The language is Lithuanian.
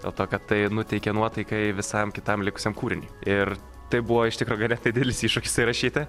dėl to kad tai nuteikia nuotaiką visam kitam likusiam kūriniui ir tai buvo iš tikro ganėtinai didelis iššūkis įrašyti